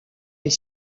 est